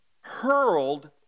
hurled